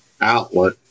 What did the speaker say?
outlet